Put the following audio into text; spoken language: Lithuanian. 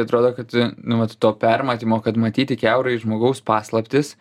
atrodo kad nu vat to permatymo kad matyti kiaurai žmogaus paslaptis